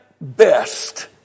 best